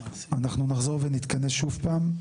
אנחנו נחזור ונתכנס שוב פעם.